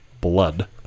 blood